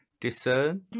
discern